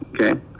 okay